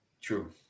True